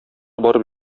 барып